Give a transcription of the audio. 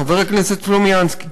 חבר הכנסת סלומינסקי,